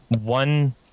one